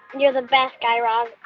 and you're the best, guy raz.